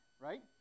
right